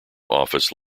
office